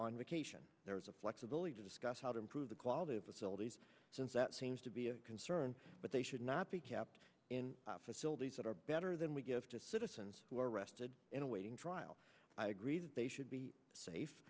on vacation there is a flexibility to discuss how to improve the quality of the soltys since that seems to be a concern but they should not be kept in facilities that are better than we give to citizens who are arrested in awaiting trial i agree that they should be safe